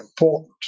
important